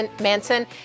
Manson